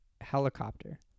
helicopter